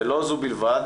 לא זו בלבד,